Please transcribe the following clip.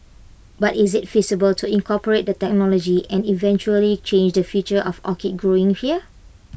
but is IT feasible to incorporate the technology and eventually change the future of orchid growing here